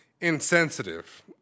insensitive